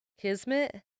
Kismet